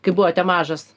kai buvote mažas